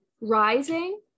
rising